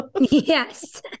Yes